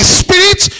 spirit